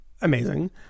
amazing